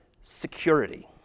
security